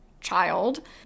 child